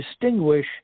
distinguish